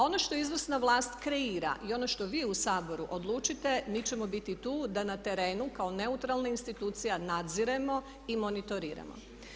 Ono što izvršna vlast kreira i ono što vi u Saboru odlučite mi ćemo biti tu da na terenu kao neutralna institucija nadziremo i monitoriramo.